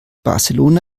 barcelona